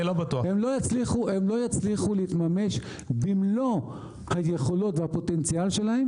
הן לא יצליחו להתממש במלוא היכולות והפוטנציאל שלהן